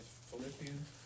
Philippians